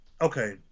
okay